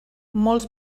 molts